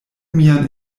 mian